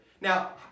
Now